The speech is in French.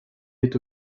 est